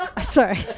Sorry